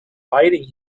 fighting